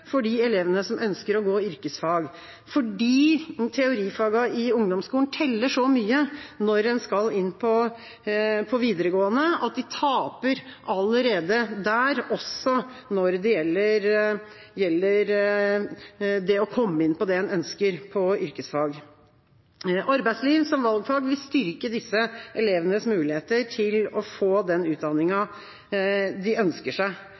for de elevene som ønsker å gå yrkesfag, fordi teorifagene i ungdomsskolen teller så mye når en skal inn på videregående at disse elevene taper allerede der også når det gjelder det å komme inn på det en ønsker på yrkesfag. Arbeidsliv som valgfag vil styrke disse elevenes muligheter til å få den utdanninga de ønsker seg.